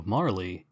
Marley